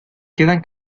quedan